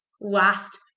last